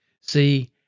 See